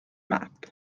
map